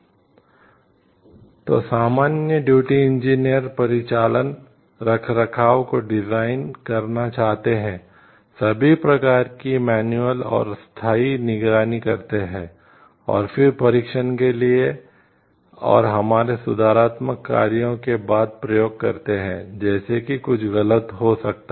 इसलिए सामान्य duty engineer और स्थायी निगरानी करते हैं और फिर परीक्षण के लिए और हमारे सुधारात्मक कार्यों के बाद प्रयोग करते हैं जैसे कि कुछ गलत हो सकता है